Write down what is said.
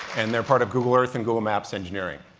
and they're part of google earth and google maps engineering.